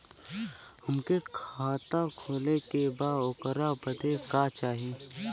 हमके खाता खोले के बा ओकरे बादे का चाही?